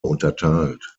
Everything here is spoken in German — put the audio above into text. unterteilt